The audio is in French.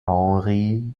henri